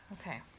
Okay